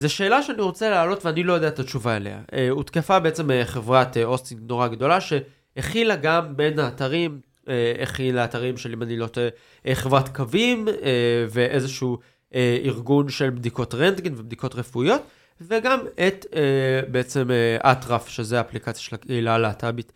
זה שאלה שאני רוצה להעלות ואני לא יודע את התשובה עליה. הותקפה בעצם חברת הוסטינג נורא גדולה שהכילה גם בין האתרים, הכילה אתרים של אם אני לא טועה חברת קווים ואיזשהו ארגון של בדיקות רנטגן ובדיקות רפואיות, וגם את בעצם אטרף, שזה אפליקציה של הקהילה הלהט"בית.